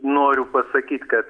noriu pasakyt kad